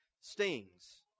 stings